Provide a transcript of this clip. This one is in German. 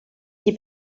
die